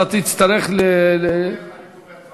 אתה תצטרך, אני תומך בהצעה.